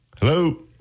Hello